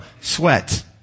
sweat